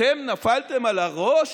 אתם נפלתם על הראש?